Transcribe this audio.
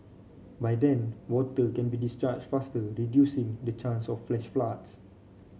by then water can be discharged faster reducing the chance of flash floods